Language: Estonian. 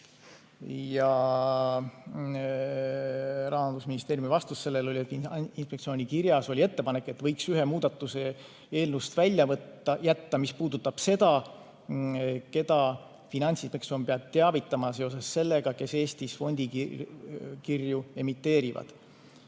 Rahandusministeeriumi vastus sellele oli, et inspektsiooni kirjas oli ettepanek, et võiks eelnõust välja jätta ühe muudatuse, mis puudutab seda, keda Finantsinspektsioon peab teavitama seoses sellega, kes Eestis fondikirju emiteerivad.